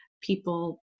people